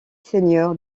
seigneur